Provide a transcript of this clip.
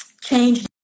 change